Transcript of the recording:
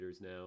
now